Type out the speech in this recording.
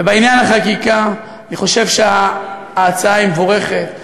ובעניין החקיקה, אני חושב שההצעה מבורכת.